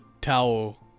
towel